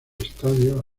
estadio